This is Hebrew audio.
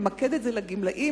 למקד את זה לגמלאים,